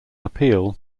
appeal